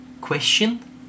question